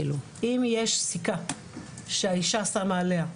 אם יש סיכה שהאישה שמה עליה,